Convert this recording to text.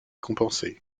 récompensés